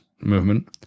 Movement